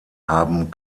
haben